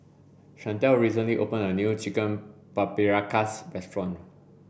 Chantelle recently opened a new Chicken Paprikas restaurant